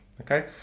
okay